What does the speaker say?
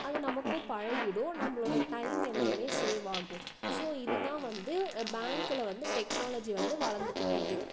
அது நமக்கும் பழகிடும் நம்மளோடய டைம் எல்லாமே சேவ் ஆகும் ஸோ இதுதான் வந்து பேங்க்கில வந்து டெக்னாலஜி வந்து வளர்ந்துகிட்டு வருது